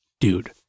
dude